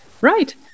Right